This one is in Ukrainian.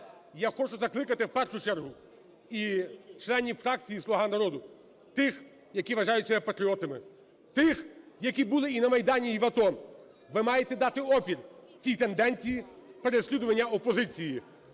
Я хочу закликати в першу чергу і членів фракції "Слуга народу", тих, які вважають себе патріотами, тих, які були і на Майдані, і в АТО. Ви маєте дати опір цій тенденції переслідування опозиції.